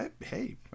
Hey